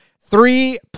Three